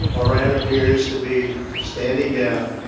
iran appears to be standing down,